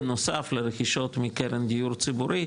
בנוסף לרכישות מקרן דיור ציבורי,